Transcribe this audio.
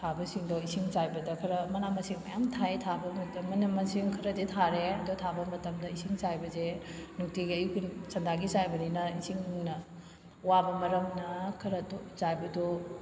ꯊꯥꯕꯁꯤꯡꯗ ꯏꯁꯤꯡ ꯆꯥꯏꯕꯗ ꯈꯔ ꯃꯅꯥ ꯃꯁꯤꯡ ꯃꯌꯥꯝ ꯊꯥꯏ ꯊꯥꯕ ꯃꯇꯝꯗ ꯃꯅꯥ ꯃꯁꯤꯡ ꯈꯔꯗꯤ ꯊꯥꯔꯦ ꯑꯗꯣ ꯊꯥꯕ ꯃꯇꯝꯗ ꯏꯁꯤꯡ ꯆꯥꯏꯕꯁꯦ ꯅꯨꯡꯇꯤꯒꯤ ꯑꯌꯨꯛꯀꯤ ꯁꯟꯗꯥꯒꯤ ꯆꯥꯏꯕꯅꯤꯅ ꯏꯁꯤꯡꯅ ꯋꯥꯕ ꯃꯔꯝꯅ ꯈꯔ ꯇꯣꯏꯅ ꯆꯥꯏꯕꯗꯣ